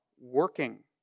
working